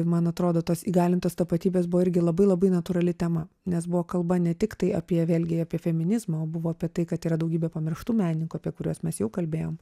man atrodo tos įgalintos tapatybės buvo irgi labai labai natūrali tema nes buvo kalba ne tiktai apie vėlgi apie feminizmą o buvo apie tai kad yra daugybė pamirštų menininkų apie kuriuos mes jau kalbėjom